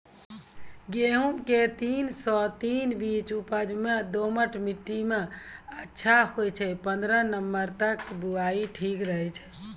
गेहूँम के तीन सौ तीन बीज उपज मे दोमट मिट्टी मे अच्छा होय छै, पन्द्रह नवंबर तक बुआई ठीक रहै छै